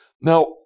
Now